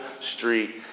street